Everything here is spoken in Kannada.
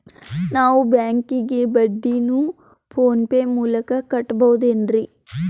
ನಾವು ಬ್ಯಾಂಕಿಗೆ ಬಡ್ಡಿಯನ್ನು ಫೋನ್ ಪೇ ಮೂಲಕ ಕಟ್ಟಬಹುದೇನ್ರಿ?